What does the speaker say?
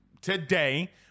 today